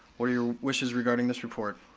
what are your wishes regarding this report?